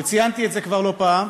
וציינתי את זה כבר לא פעם,